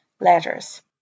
letters